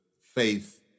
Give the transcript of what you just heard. faith